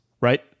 right